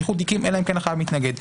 החייב מתנגד.